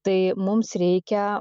tai mums reikia